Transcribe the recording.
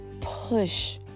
push